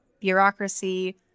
bureaucracy